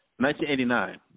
1989